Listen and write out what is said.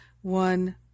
one